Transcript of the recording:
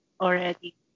already